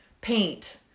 paint